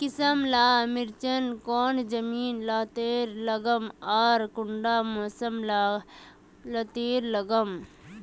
किसम ला मिर्चन कौन जमीन लात्तिर लगाम आर कुंटा मौसम लात्तिर लगाम?